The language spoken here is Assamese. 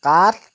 কাঠ